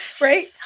Right